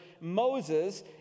Moses